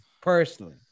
personally